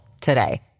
today